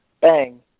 Bang